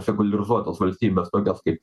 sekuliarizuotas valstybes tokias kaip